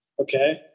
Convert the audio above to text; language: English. Okay